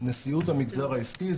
נשיאות המגזר העסקי.